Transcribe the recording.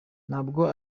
ntabwo